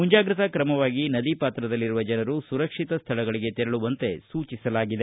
ಮುಂಜಾಗ್ರತಾ ಕ್ರಮವಾಗಿ ನದಿ ಪಾತ್ರದಲ್ಲಿರುವ ಜನರು ಸುರಕ್ಷಿತ ಸ್ಥಳಗಳಿಗೆ ತೆರಳುವಂತೆ ಸೂಚಿಸಲಾಗಿದೆ